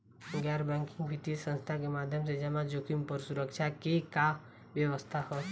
गैर बैंकिंग वित्तीय संस्था के माध्यम से जमा जोखिम पर सुरक्षा के का व्यवस्था ह?